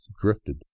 drifted